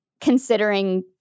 considering